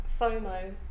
FOMO